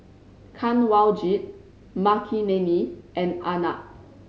Kanwaljit Makineni and Arnab